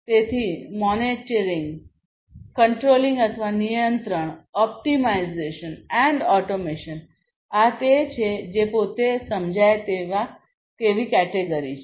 તેથી મોનિટરિંગ નિયંત્રણ ઓપ્ટિમાઇઝેશન અને ઓટોમેશન આ તે છે જે પોતે સમજાય તેવી કેટેગરી છે